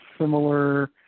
similar